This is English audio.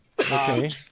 Okay